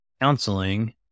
counseling